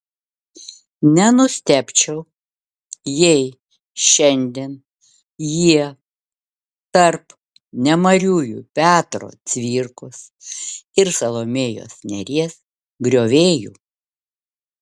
nenustebčiau jei šiandien jie tarp nemariųjų petro cvirkos ir salomėjos nėries griovėjų